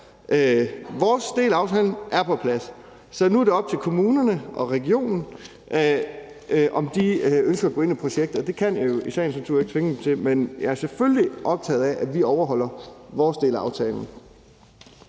Vores del af aftalen er på plads, så nu er det op til kommunerne og regionen, om de ønsker at gå ind i projektet, og det kan jeg jo i sagens natur ikke tvinge dem til. Men jeg er selvfølgelig optaget af, at vi overholder vores del af aftalen.